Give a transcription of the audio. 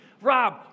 Rob